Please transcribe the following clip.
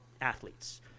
athletes